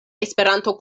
esperanto